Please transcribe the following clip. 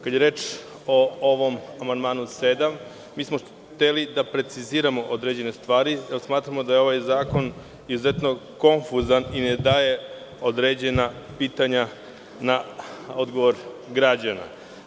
Kada je reč o ovom amandmanu na član 7. mi smo hteli da preciziramo određene stvari, jer smatramo da je ovaj zakon izuzetno konfuzan i ne daje odgovore na određena pitanja građana.